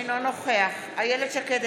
אינו נוכח איילת שקד,